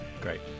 Great